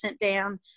down